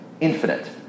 infinite